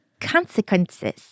consequences